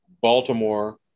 Baltimore